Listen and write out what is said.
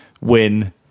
win